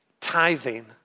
tithing